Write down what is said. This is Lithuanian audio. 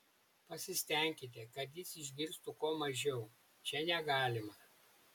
pasistenkite kad jis išgirstų kuo mažiau čia negalima